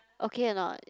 okay or not